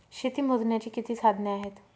शेती मोजण्याची किती साधने आहेत?